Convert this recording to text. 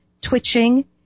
twitching